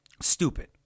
stupid